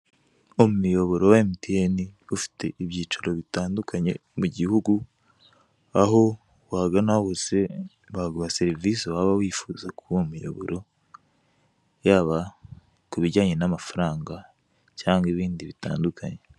Mu miyoboro wa MTN ufite ibyiciro bitandukanye mu gihugu, aho wagana hose baguha serivisi waba wifuza kuri uwo muyoboro yaba ku bijyanye n'amafaranga cyangwa ibindi bitandukanye.